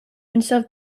himself